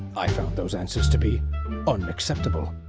i found those answers to be unacceptable.